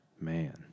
Man